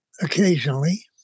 occasionally